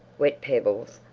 wet pebbles,